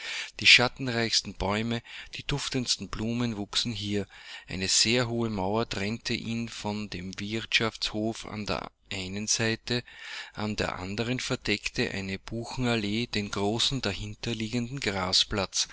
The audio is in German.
die schattenreichsten bäume die duftendsten blumen wuchsen hier eine sehr hohe mauer trennte ihn von dem wirtschaftshofe an der einen seite an der andern verdeckte eine buchenallee den großen dahinter liegenden grasplatz